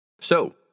So